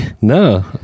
no